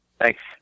Thanks